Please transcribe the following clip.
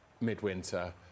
midwinter